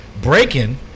breaking